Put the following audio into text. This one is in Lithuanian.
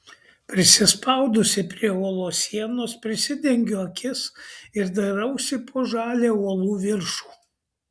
prisispaudusi prie uolos sienos prisidengiu akis ir dairausi po žalią uolų viršų